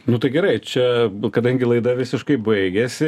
nu tai gerai čia kadangi laida visiškai baigiasi